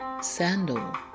Sandal